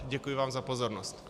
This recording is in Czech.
Děkuji vám za pozornost.